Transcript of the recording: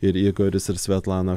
ir igoris ir svetlana